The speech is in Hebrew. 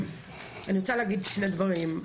אני רוצה לומר שני דברים.